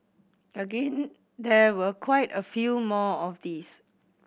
again there were quite a few more of these